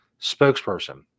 spokesperson